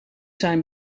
zijn